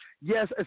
Yes